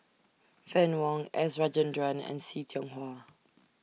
Fann Wong S Rajendran and See Tiong Wah